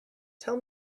tell